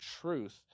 truth